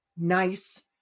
nice